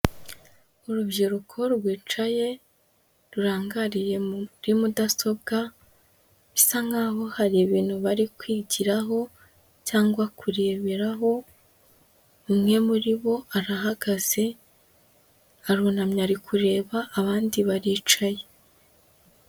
Urubyiruko rwicaye rurangariye muri mudasobwa, bisa nkaho hari ibintu bari kwigiraho cyangwa kureberaho, umwe muri bo arahagaze, arunamye ari kureba, abandi baricaye.